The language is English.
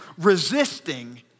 resisting